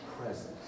presence